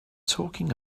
talking